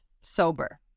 sober